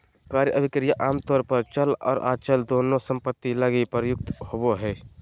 क्रय अभिक्रय आमतौर पर चल आर अचल दोनों सम्पत्ति लगी प्रयुक्त होबो हय